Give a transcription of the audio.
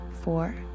four